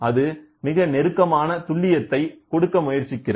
அது மிக நெருக்கமான துல்லியத்தை கொடுக்க முயற்சிக்கிறது